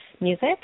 music